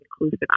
inclusive